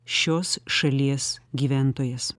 šios šalies gyventojas